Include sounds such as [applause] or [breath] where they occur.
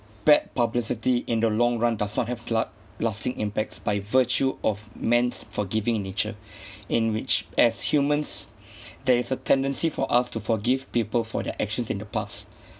bad publicity in the long run does not have la~ lasting impacts by virtue of men's forgiving nature [breath] in which as humans [breath] there is a tendency for us to forgive people for their actions in the past